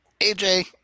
AJ